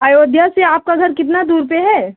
अयोध्या से आपका घर कितनी दूर पर है